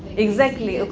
exactly,